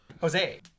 Jose